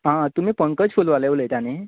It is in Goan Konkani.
आ तुमी पंकज फुलवालें उलयतां न्ही